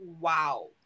wow